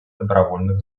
добровольных